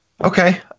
Okay